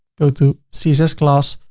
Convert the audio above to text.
go to css class,